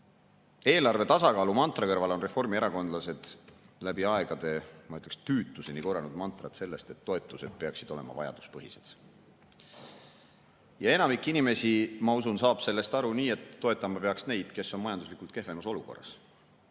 järgima. Eelarve tasakaalu mantra kõrval on reformierakondlased läbi aegade, ma ütleksin, tüütuseni korranud mantrat, et toetused peaksid olema vajaduspõhised. Ja enamik inimesi, ma usun, saab sellest aru nii, et toetama peaks neid, kes on majanduslikult kehvemas olukorras.